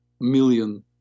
million